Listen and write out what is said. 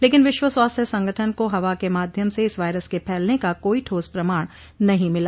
लेकिन विश्व स्वास्थ्य संगठन को हवा के माध्मम से इस वायरस के फैलने का कोई ठोस प्रमाण नहीं मिला